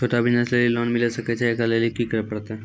छोटा बिज़नस लेली लोन मिले सकय छै? एकरा लेली की करै परतै